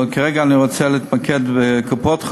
אבל כרגע אני רוצה להתמקד בקופות-החולים,